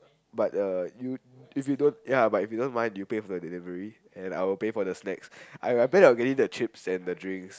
but uh you if you don't mind ya you pay for the delivery and I'll pay for snacks I I plan on getting the chips and the drinks